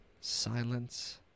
silence